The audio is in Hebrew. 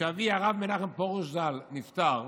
כשאבי, הרב מנחם פרוש, זיכרונו לברכה, נפטר,